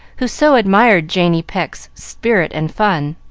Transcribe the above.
who so admired janey pecq's spirit and fun.